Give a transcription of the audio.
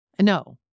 No